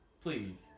Please